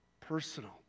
Personal